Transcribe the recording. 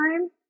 time